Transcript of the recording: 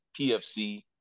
PFC